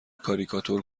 کاریکاتور